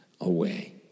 away